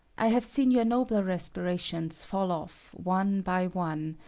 i have seen your nobler aspirations fall off one by one,